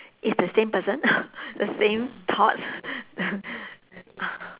is the same person the same thoughts